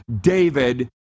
David